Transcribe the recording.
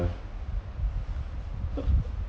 yeah